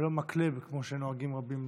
ולא כמו שנוהגים רבים